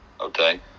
Okay